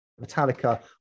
Metallica